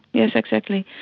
yes, exactly.